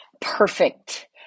perfect